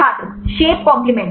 छात्र shape complement